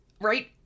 right